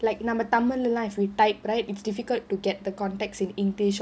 like நம்ம தமிழ்லாம்:namma tamillaam if you type right it's difficult to get the context in english